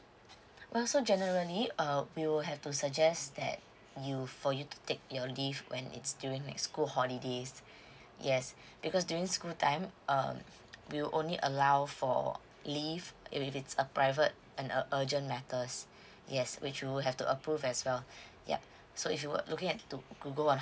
well so generally uh we will have to suggest that you for you to take your leave when it's during like school holidays yes because during school time um we will only allow for leave if if it's a private and a urgent matters yes which you will have to approve as well yup so if you were looking at to google on